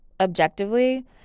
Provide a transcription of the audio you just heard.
objectively